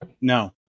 No